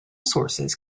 sources